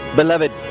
beloved